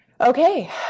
Okay